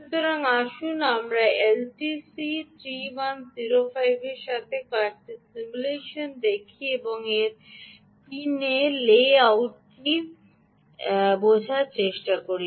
সুতরাং আসুন আমরা এলটিসি 3105 এর সাথে কয়েকটি সিমুলেশন দেখি এবং এর পিন লেআউটটি এবং চেষ্টা করে বুঝতে পারি